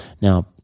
Now